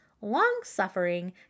long-suffering